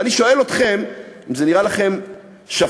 ואני שואל אתכם אם זה נראה לכם שפוי,